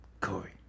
Corey